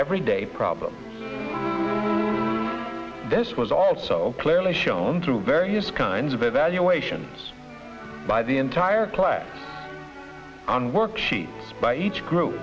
everyday problems this was also clearly shown through various kinds of evaluations by the entire class on worksheet by each group